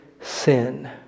sin